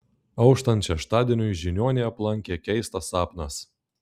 auštant šeštadieniui žiniuonį aplankė keistas sapnas